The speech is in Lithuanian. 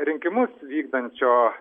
rinkimus vykdančio